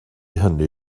hynny